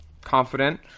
confident